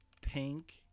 pink